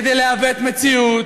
כדי לעוות מציאות.